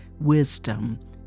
Wisdom